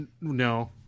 No